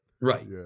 Right